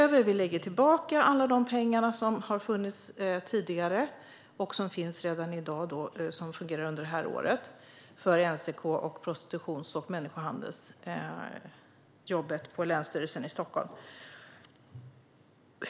Vi lägger tillbaka alla pengar som har funnits tidigare och som finns redan i dag för NCK och arbetet mot prostitution och människohandel på Länsstyrelsen Stockholm.